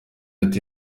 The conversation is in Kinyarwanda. ati